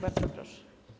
Bardzo proszę.